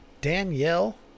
Danielle